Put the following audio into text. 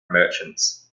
merchants